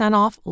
off